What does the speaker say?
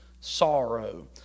sorrow